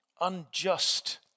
unjust